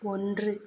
ஒன்று